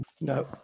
no